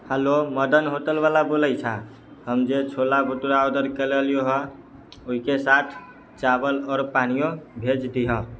हलो Madan hotel बला बोलै छैं हम जे छोला भटूरा ऑर्डर केले रहियौ है ओहिके साथ चावल आओर पानिओ भेज दिहऽ